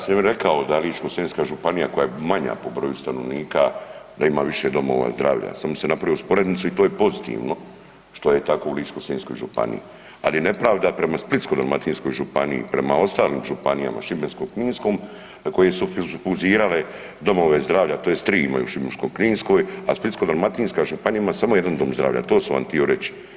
Pa ja sam i rekao da Ličko-senjska županija koja je manja po broju stanovnika da ima više domova zdravlja, samo sam napravio usporednicu i to je pozitivno što je tako u Ličko-senjskoj županiji, ali je nepravda prema Splitsko-dalmatinskoj županiji, prema ostalim županijama, Šibensko-kninskoj koje su fuzirale domove zdravlja, tj. 3 imaju u Šibensko—ninskoj, a Splitsko-dalmatinska županija ima samo jedan dom zdravlja, to sam vam htio reći.